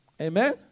Amen